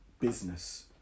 business